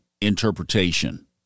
interpretation